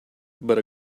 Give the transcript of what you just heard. but